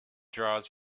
draws